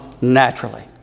naturally